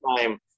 time